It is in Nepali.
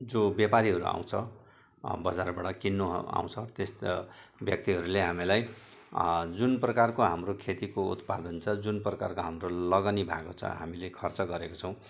जो व्यापारीहरू आउँछ बजारबाट किन्नु आउँछ त्यस्तो व्यक्तिहरूले हामीलाई जुन प्रकारको हाम्रो खेतीको उत्पादन छ जुन प्रकारको हाम्रो लगानी भएको छ हामीले खर्च गरेको छौँ